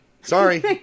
Sorry